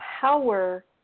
power